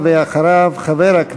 השבוע לפני 20 שנה חתמה ממשלת ישראל,